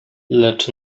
lecz